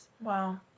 Wow